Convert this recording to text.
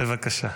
בבקשה.